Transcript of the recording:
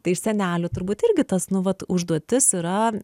tai iš senelių turbūt irgi tas nu vat užduotis yra